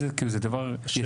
כאילו, זה דבר ישים?